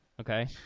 Okay